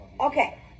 Okay